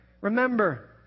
Remember